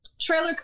trailer